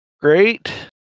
great